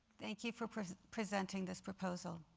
thank you for presenting this proposal.